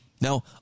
Now